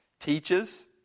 Teaches